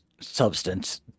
substance